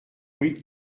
bruit